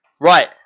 Right